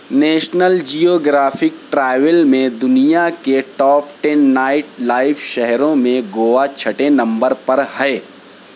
national Geographic travel میں دنیا کے ٹاپ ٹین نائٹ لائف شہروں میں گوا چھٹے نمبر پر ہے